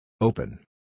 Open